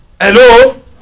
Hello